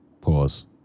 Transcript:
Pause